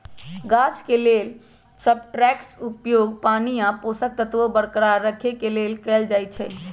गाछ के लेल सबस्ट्रेट्सके उपयोग पानी आ पोषक तत्वोंके बरकरार रखेके लेल कएल जाइ छइ